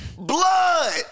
Blood